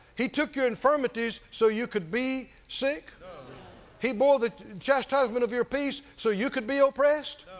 he took your infirmities so you could be sick he bore the chastisement of your peace so you could be oppressed?